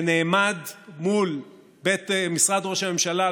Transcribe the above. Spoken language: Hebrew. ונעמד מול משרד ראש הממשלה,